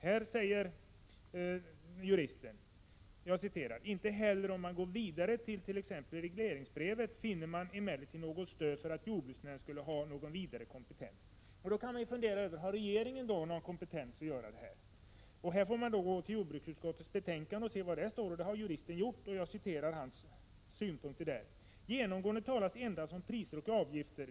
Här säger juristen: ”Inte heller om man går vidare till t.ex. regleringsbrevet finner man emellertid något stöd för att jordbruksnämnden skulle ha någon vidare kompetens.” Har då regeringen någon sådan kompetens? Här får man gå till jordbruksutskottets betänkande och se vad där står, och det har juristen gjort. Jag citerar hans synpunkter: ”Genomgående talas endast om priser och avgifter.